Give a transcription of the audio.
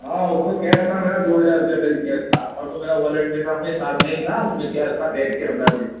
हाँ उस में कैश था मेरा दो हज़ार रुपये क़रीब कैश था और तो मेरा वॉलेट नहीं था अपने साथ में ही था उस में कैश था बेग के अंदर में